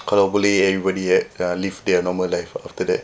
kalau boleh everybody at uh live their normal life after that